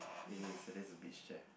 it is it is a beach chair